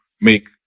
make